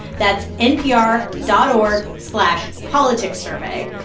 that's npr dot org slash politicssurvey.